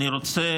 אני רוצה